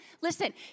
Listen